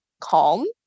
calm